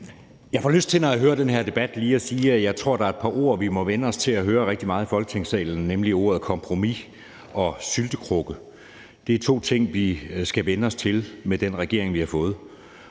Jeg får lyst til, når jeg hører den her debat, lige at sige, at jeg tror, der er et par ord, vi må vænne os til at høre rigtig meget i Folketingssalen, nemlig ordene kompromis og syltekrukke. Det er to ting, vi skal vænne os til med den regering, vi har fået.